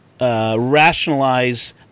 rationalize